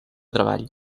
treball